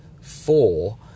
four